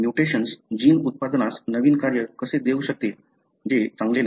mutations gene उत्पादनास नवीन कार्य कसे देऊ शकते जे चांगले नाही